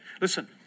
Listen